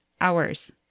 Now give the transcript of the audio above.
hours